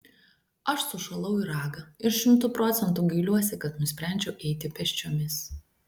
aš sušalau į ragą ir šimtu procentų gailiuosi kad nusprendžiau eiti pėsčiomis